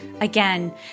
Again